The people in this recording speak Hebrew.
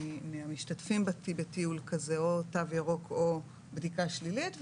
מהמשתתפים בטיול כזה או תו ירוק או בדיקה שלילית.